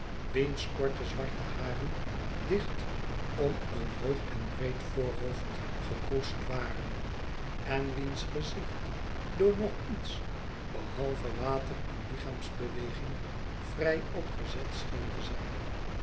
wiens korte zwarte haren dicht om een hoog en breed voorhoofd gekroesd waren en wiens gezicht door nog iets behalve water enlichaamsbeweging vrij opgezet scheente zijn